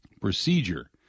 procedure